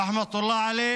(אומר בערבית: רחמי האל עליו,)